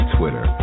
Twitter